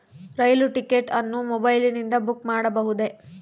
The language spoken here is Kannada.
ರೈಲು ಟಿಕೆಟ್ ಅನ್ನು ಮೊಬೈಲಿಂದ ಬುಕ್ ಮಾಡಬಹುದೆ?